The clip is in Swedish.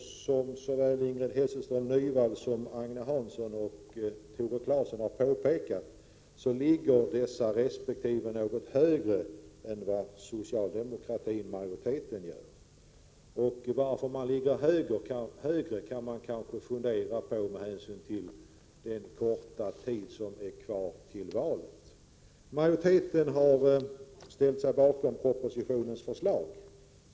Som Ingrid Hasselström Nyvall, Agne Hansson och Tore Claeson har påpekat ligger deras partiers förslag något högre än det socialdemokratiska majoritetsförslaget. Varför de ligger högre kan man kanske fundera över med hänsyn till den korta tid som är kvar fram till valet. Majoriteten har ställt sig bakom propositionens förslag.